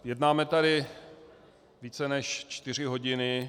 Jednáme tady více než čtyři hodiny.